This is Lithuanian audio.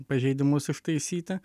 pažeidimus ištaisyti